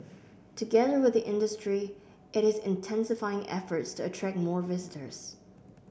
together with the industry it is intensifying efforts to attract more visitors